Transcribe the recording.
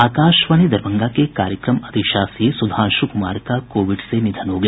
आकाशवाणी दरभंगा के कार्यक्रम अधिशासी सुधांशु कुमार का कोविड से निधन हो गया